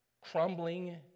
crumbling